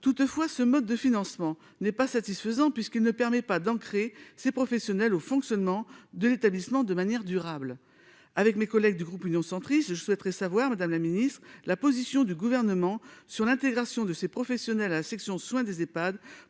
Toutefois, ce mode de financement n'est pas satisfaisant, puisqu'il ne permet pas d'ancrer ces professionnels dans le fonctionnement de l'établissement de manière durable. Le groupe Union Centriste souhaiterait connaître, madame la ministre, la position du Gouvernement sur l'idée d'intégrer ces professionnels à la section soins des Ehpad